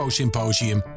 symposium